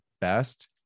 best